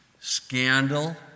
Scandal